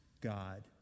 God